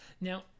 Now